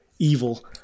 Evil